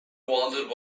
wanted